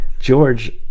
George